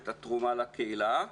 את התרומה לקהילה.